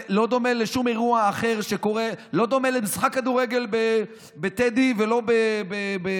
לא דומה לשום אירוע אחר שקורה, לא דומה למשחק כדורגל בטדי ולא בחיפה,